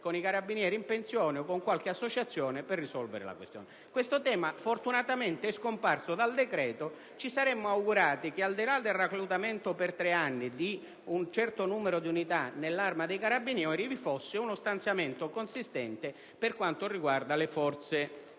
con i carabinieri in pensione o con qualche associazione per risolvere la questione. Questo tema fortunatamente è scomparso dal decreto. Ci saremmo augurati che, al di là del reclutamento per tre anni di un certo numero di unità presso l'Arma dei carabinieri, fosse stato previsto un finanziamento consistente delle forze